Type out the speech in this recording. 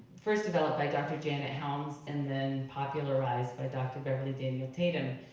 first developed by dr. janet helms, and then popularized by dr. beverly daniel tatum,